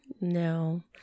No